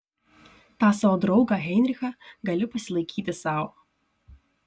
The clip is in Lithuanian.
tą savo draugą heinrichą gali pasilaikyti sau